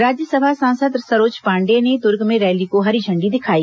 राज्यसभा सांसद सरोज पांडेय ने दुर्ग में रैली को हरी झण्डी दिखाई